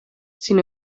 sin